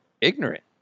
ignorant